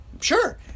Sure